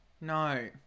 No